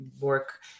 work